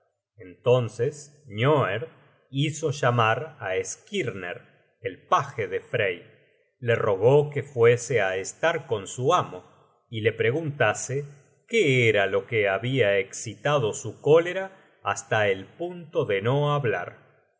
entonces nioerd hizo llamar á skirner el paje de frey le rogó que fuese á estar con su amo y le preguntase qué era lo que habia escitado su cólera hasta el punto de no hablar